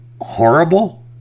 horrible